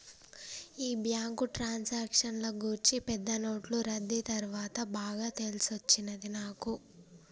ఈ బ్యాంకు ట్రాన్సాక్షన్ల గూర్చి పెద్ద నోట్లు రద్దీ తర్వాత బాగా తెలిసొచ్చినది నాకు